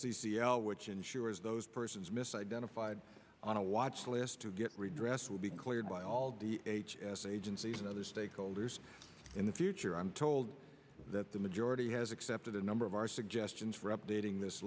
c c l which ensures those persons misidentified on a watch list to get redress will be cleared by all the h s agencies and other stakeholders in the future i'm told that the majority has accepted a number of our suggestions for updating this